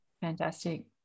Fantastic